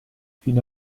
fino